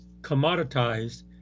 commoditized